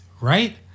right